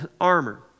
armor